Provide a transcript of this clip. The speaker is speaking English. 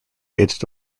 aged